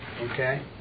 Okay